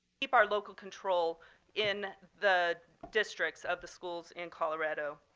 keep our local control in the districts of the schools in colorado.